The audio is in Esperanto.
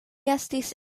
estis